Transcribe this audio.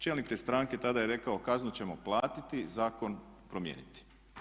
Čelnik te stranke tada je rekao kaznu ćemo platiti, zakon promijeniti.